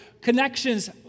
connections